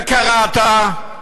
בקרטה.